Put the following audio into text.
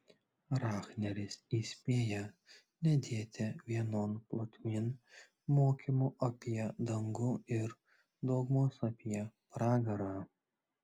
rahneris įspėja nedėti vienon plotmėn mokymo apie dangų ir dogmos apie pragarą